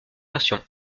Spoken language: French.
versions